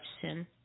sin